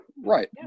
Right